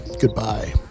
goodbye